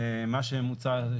מה שמוצע זה,